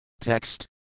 Text